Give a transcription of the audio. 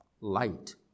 Light